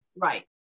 right